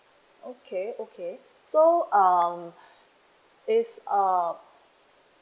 okay okay so um it's um